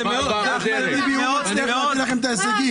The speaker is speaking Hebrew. --- אחמד טיבי, הוא הצליח להביא לכם את ההישגים.